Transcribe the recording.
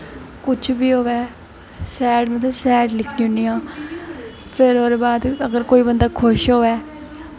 कुछ बी होऐ सैड मतलब सैड लिखनी होनी आं फिर ओह्दे बाद अगर कोई बंदा खुश होऐ